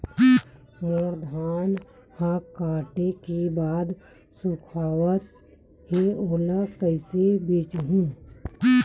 मोर धान ह काटे के बाद सुखावत हे ओला कइसे बेचहु?